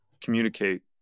communicate